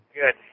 Good